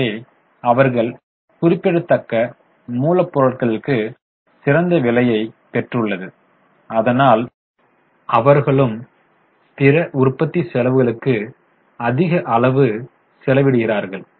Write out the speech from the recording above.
எனவே அவர்கள் குறிப்பிடத்தக்க மூலப்பொருட்களுக்கு சிறந்த விலையைப் பெற்றுள்ளது அதனால் அவர்களும் பிற உற்பத்தி செலவுகளுக்கு அதிக அளவு செலவிடுகிறார்கள்